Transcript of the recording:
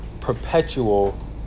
perpetual